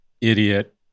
idiot